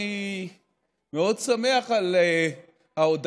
אני מאוד שמח על ההודעה,